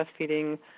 breastfeeding